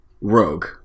Rogue